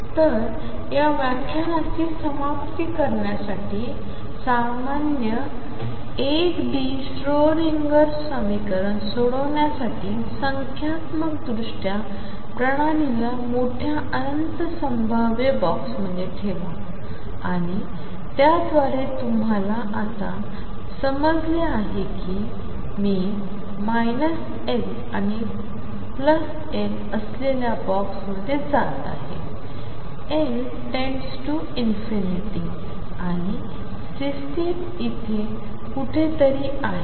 तर या व्याख्यानाची समाप्ती करण्यासाठी सामान्य 1 डी श्रोडिंगर समीकरण सोडवण्यासाठी संख्यात्मकदृष्ट्या प्रणालीला मोठ्या अनंत संभाव्य बॉक्समध्ये ठेवा आणि त्याद्वारे तुम्हाला आता समजले आहे की मी L आणि L असलेल्या बॉक्समध्ये जात आहे L→∞ आणि सिस्टम इथे कुठेतरी आहे